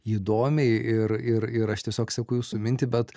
įdomiai ir ir ir aš tiesiog seku jūsų mintį bet